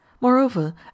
Moreover